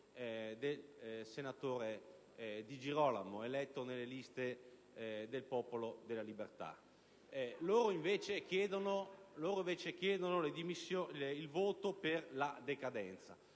del senatore Di Girolamo, eletto nelle liste del Popolo della Libertà. Loro invece chiedono il voto per la decadenza.